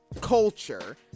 culture